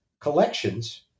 collections